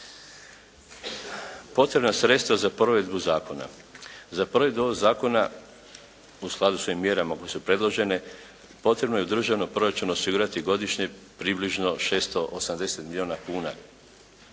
Potrebna sredstva za provedbu zakona: za provedbu ovog zakona u skladu s ovim mjerama koje su predložene potrebno je u državnom proračunu osigurati godišnje približno 680 milijuna kuna